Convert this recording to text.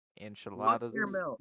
Enchiladas